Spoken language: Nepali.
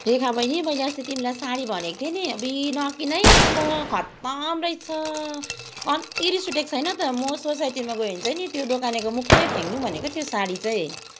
रेखा बहिनी मैले अस्ति तिमीलाई साडी भनेको थिएँ नि अब्बुई नकिन है त्यो त खतम रहेछ कम्ति रिस उठेको छैन त म सोसाइटीमा गए भने चाहिँ नि त्यो दोकानेको मुखमै फ्याँकिदिउँ भनेको त्यो साडी चाहिँ